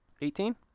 Eighteen